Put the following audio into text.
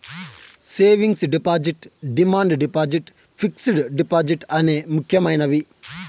savings deposit demand deposit fixed deposit అనే ముక్యమైనది